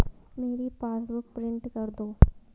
मेरी passbook print कर दो